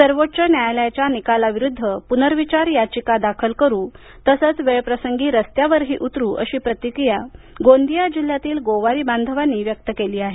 सर्वोच न्यायालयाच्या निकाला विरुद्ध पुनर्विचार याचिका दाखल करू तसंच वेळप्रसंगी रस्त्यावरही उतरू अशी प्रतिक्रिया गोंदिया जिल्ह्यातल्या गोवारी बांधवानी व्यक्त केली आहे